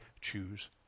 choose